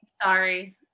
Sorry